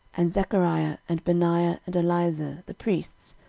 and zechariah, and benaiah, and eliezer, the priests,